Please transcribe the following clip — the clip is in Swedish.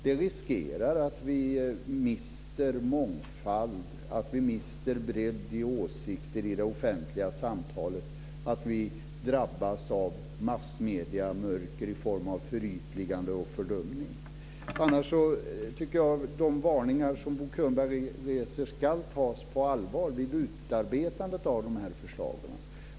Då riskerar vi att mista mångfald, att mista bredd i åsikter i det offentliga samtalet, att drabbas av massmediemörker i form av förytligande och fördumning. Annars tycker jag att de varningar som Bo Könberg reser ska tas på allvar vid utarbetandet av de här förslagen.